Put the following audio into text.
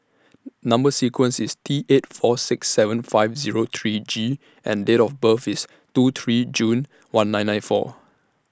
Number sequence IS T eight four six seven five Zero three G and Date of birth IS two three June one nine nine four